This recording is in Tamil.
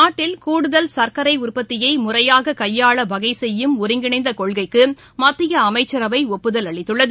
நாட்டில் கூடுதல் சர்க்கரை உற்பத்தியை முறையாக கையாள வகைசெய்யும் ஒருங்கிணைந்த கொள்கைக்கு மத்திய அமைச்சரவை ஒப்புதல் அளித்துள்ளது